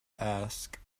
ask